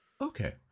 Okay